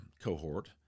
cohort